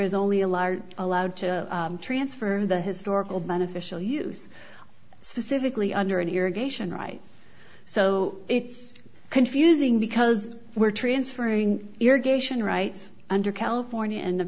large allowed to transfer the historical beneficial use specifically under irrigation right so it's confusing because we're transferring irrigation rights under california and